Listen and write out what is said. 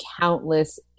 countless